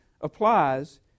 applies